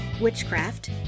witchcraft